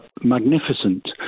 magnificent